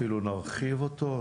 אפילו נרחיב אותו.